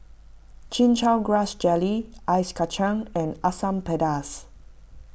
Chin Chow Grass Jelly Ice Kachang and Asam Pedas